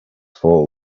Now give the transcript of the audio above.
fall